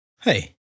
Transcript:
Hey